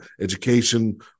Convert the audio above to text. education